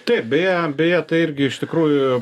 taip beje beje tai irgi iš tikrųjų